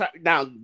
Now